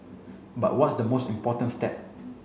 but what's the most important step